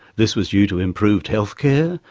this was due to improved health care,